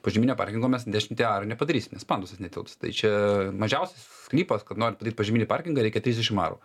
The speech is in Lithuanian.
požeminio parkingo mes dešimtyje arų nepadarysim nes pandusas netilps tai čia mažiausias sklypas norint padaryt požeminį parkingą reikia trisdešimt arų